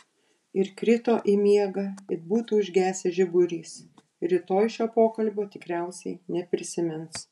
ir krito į miegą it būtų užgesęs žiburys rytoj šio pokalbio tikriausiai neprisimins